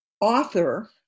author